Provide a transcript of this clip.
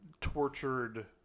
tortured